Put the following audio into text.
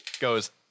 goes